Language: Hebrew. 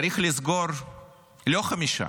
צריך לסגור לא חמישה,